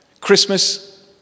Christmas